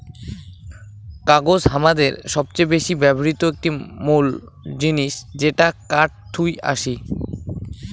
কাগজ হামাদের সবচেয়ে বেশি ব্যবহৃত একটি মুল জিনিস যেটা কাঠ থুই আসি